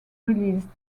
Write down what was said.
released